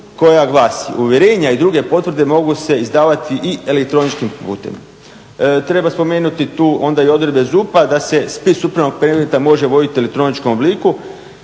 koja glasi. Uvjerenja i druge potvrde mogu se izdavati i elektroničkim putem. Treba spomenuti tu onda i odredbe ZUP-a da se spis upravnog predmeta može voditi u elektroničkom obliku,